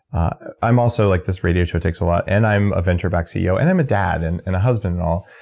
i'm also like, this radio show takes a lot, and i'm a venture-backed ceo, and i'm a dad and and a husband and all.